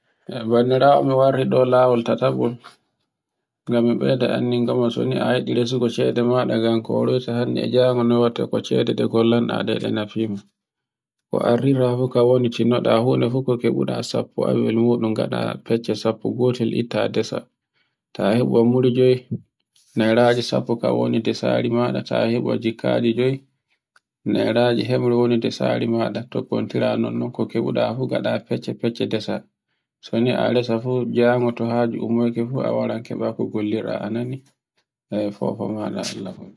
bandiraawo wari do laawol tatabol, ngami min beyda anndungol ma, to ni a yidi resugo chede mada ngan koreta hannde e jango nowatta ko chede de ngollande den nafima, ko anndira fu ka woni cinna ke kebuda du sappo e wel mudum, ngada fecce sappo gotel itta ndesa. ta hebu wamburge nairaji sappo ka woni ndesari ma, ta hebu jikkare joy nairare hebru woni ndesare mada tokkontira nonno ko kebuda fu ngada fecce-fecce ndesa. so ni a resa fu jango to hanjo ummake fu a warai keba ko gollira a nani, Alla wallu.